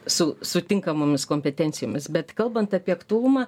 su sutinkamomis kompetencijomis bet kalbant apie aktualumą